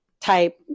type